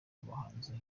abahanzi